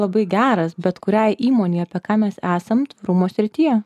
labai geras bet kuriai įmonei apie ką mes esam tvarumo srityje